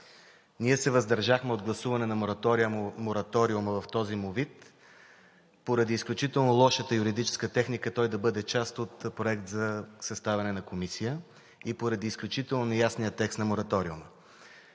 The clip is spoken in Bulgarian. Ние се въздържахме от гласуване на мораториума в този му вид поради изключително лошата юридическа техника той да бъде част от проект за съставяне на комисия и поради изключително неясния текст на мораториума.